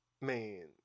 man